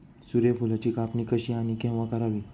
सूर्यफुलाची कापणी कशी आणि केव्हा करावी?